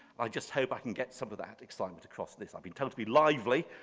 i just hope i can get some of that excitement across this. i've been told to be lively.